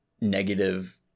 negative